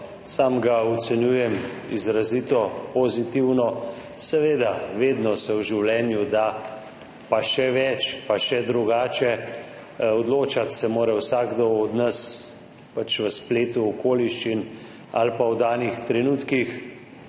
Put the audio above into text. sam ga ocenjujem izrazito pozitivno. Seveda, vedno pa se v življenju da še več, še drugače, odločati se mora vsakdo od nas pač v spletu okoliščin ali v danih trenutkih.